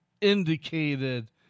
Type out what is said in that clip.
indicated